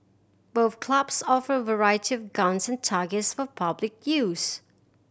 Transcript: both clubs offer a variety of guns and targets for public use